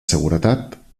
seguretat